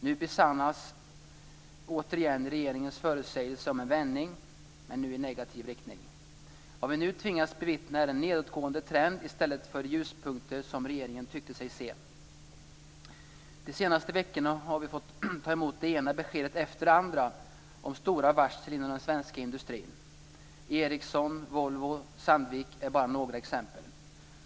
Nu besannas återigen regeringens förutsägelse om en vändning, men denna gång i negativ riktning. Vad vi nu tvingas bevittna är en nedåtgående trend i stället för de ljuspunkter som regeringen tyckt sig se. De senaste veckorna har vi fått ta emot det ena beskedet efter det andra om stora varsel inom den svenska industrin. Ericsson, Volvo och Sandvik är några exempel.